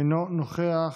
אינו נוכח.